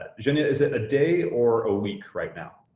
jenya, is it a day or a week right now?